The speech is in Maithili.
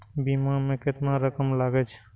बीमा में केतना रकम लगे छै?